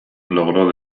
logró